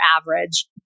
average